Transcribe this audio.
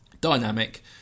dynamic